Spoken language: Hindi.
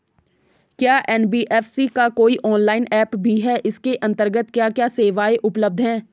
क्या एन.बी.एफ.सी का कोई ऑनलाइन ऐप भी है इसके अन्तर्गत क्या क्या सेवाएँ उपलब्ध हैं?